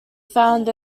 found